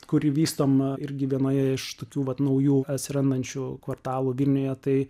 kurį vystom irgi vienoje iš tokių pat naujų atsirandančių kvartalų vilniuje tai